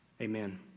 Amen